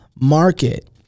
market